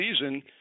season